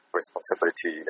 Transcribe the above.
responsibility